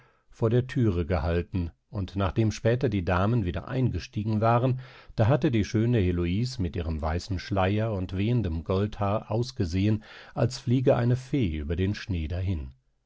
vor der thüre gehalten und nachdem später die damen wieder eingestiegen waren da hatte die schöne heloise mit ihrem weißen schleier und wehenden goldhaar ausgesehen als fliege eine fee über den schnee hin